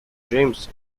james